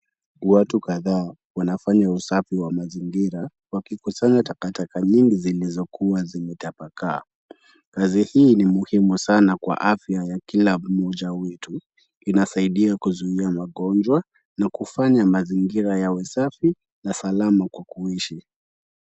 Watu kadhaa wanafanya usafi wa mazingira wakikusanya takataka nyingi zilizokuwa zimetapakaa. Kazi hii ni muhimu sana kwa afya ya kila mmoja wetu, inasaidia kuzuia magonjwa na kufanya mazingira yawe safi na salama kwa kuishi.